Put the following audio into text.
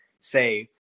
say